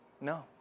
No